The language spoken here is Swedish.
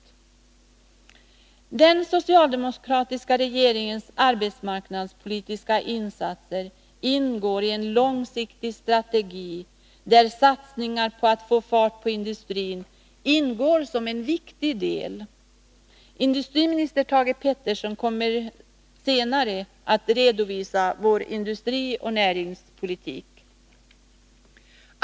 Den socialdemokratiska regeringens arbetsmarknadspolitiska insatser ingår i en långsiktig strategi, där satsningar på att få fart på industrin ingår som en viktig del. Industriminister Thage Peterson kommer senare att redovisa vår industrioch näringspolitik.